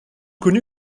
connu